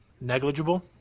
negligible